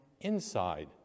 inside